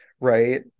right